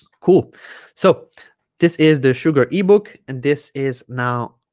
cool so this is the sugar ebook and this is now